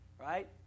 right